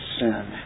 sin